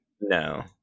No